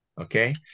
Okay